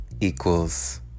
equals